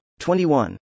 21